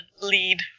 lead